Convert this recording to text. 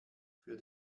für